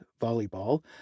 volleyball